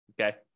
okay